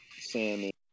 Sammy